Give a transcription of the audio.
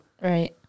Right